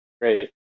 Great